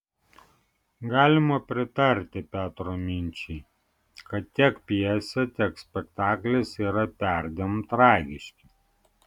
galima pritarti petro minčiai kad tiek pjesė tiek spektaklis yra perdėm tragiški